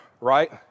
right